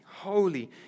Holy